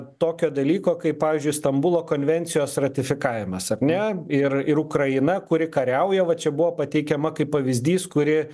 tokio dalyko kaip pavyzdžiui stambulo konvencijos ratifikavimas ar ne ir ir ukraina kuri kariauja va čia buvo pateikiama kaip pavyzdys kuri